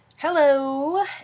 Hello